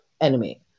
enemy